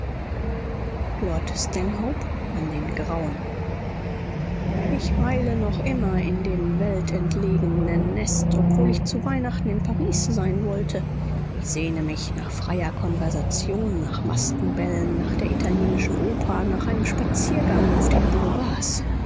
an den grauen ich weile noch immer in dem weltentlegenen nest obwohl ich zu weihnachten in paris sein wollte ich sehne mich nach freier konversation nach maskenbällen nach der italienischen oper nach einem spaziergang auf den